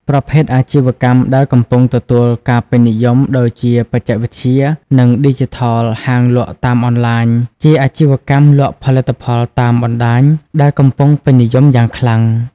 ប្រភេទអាជីវកម្មដែលកំពុងទទួលការពេញនិយមដូចជាបច្ចេកវិទ្យា និងឌីជីថលហាងលក់តាមអនឡាញ ជាអាជីវកម្មលក់ផលិតផលតាមបណ្តាញដែលកំពង់ពេញនិយមយ៉ាងខ្លាំង។